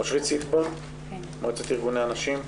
אושרית סטבון, מועצת ארגוני הנשים.